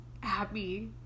happy